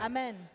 Amen